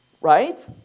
Right